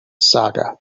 saga